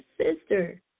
sister